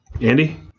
Andy